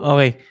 Okay